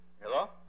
Hello